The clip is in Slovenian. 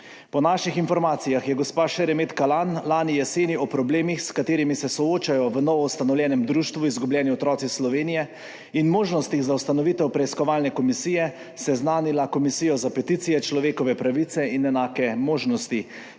Po naših informacijah je gospa Šeremet Kalanj lani jeseni o problemih, s katerimi se soočajo v novoustanovljenem društvu Izgubljeni otroci Slovenije, in možnostih za ustanovitev preiskovalne komisije seznanila Komisijo za peticije, človekove pravice in enake možnosti,